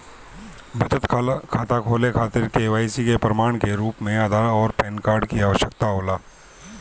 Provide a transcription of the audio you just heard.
बचत खाता खोले खातिर के.वाइ.सी के प्रमाण के रूप में आधार आउर पैन कार्ड की आवश्यकता होला